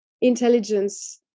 intelligence